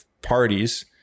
parties